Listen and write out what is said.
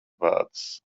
bēdas